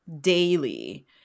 daily